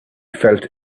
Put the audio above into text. felt